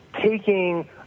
taking